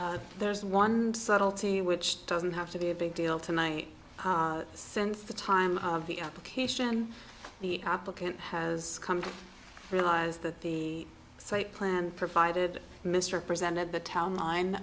six there's one subtlety which doesn't have to be a big deal tonight since the time of the application the applicant has come to realize that the site plan provided misrepresented the town line